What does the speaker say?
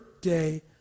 day